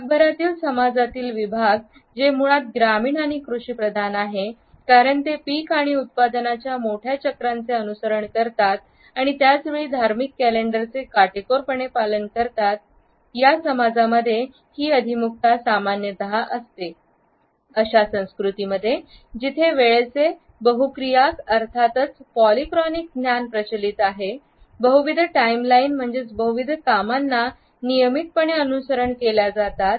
जगभरातील समाजातील विभाग जे मुळात ग्रामीण आणि कृषीप्रधान आहेत कारण ते पीक आणि उत्पादनाच्या मोठ्या चक्रांचे अनुसरण करतात आणि त्याच वेळी धार्मिक कॅलेंडरचे काटेकोरपणे पालन करणारे समाजामध्ये ही अभिमुखता सामान्यत असते अशा संस्कृतींमध्ये जिथे वेळेचे बहुक्रियाक अर्थातच पॉलीक्रॉनिक ज्ञान प्रचलित आहे बहुविध टाइमलाइन म्हणजे बहुविध कामांना नियमितपणे अनुसरण केल्या जातात